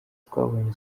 twabonye